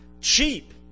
cheap